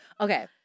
Okay